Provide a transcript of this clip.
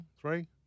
three